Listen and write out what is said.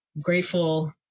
grateful